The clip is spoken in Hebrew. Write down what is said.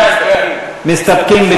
כן, כן, מסתפקים.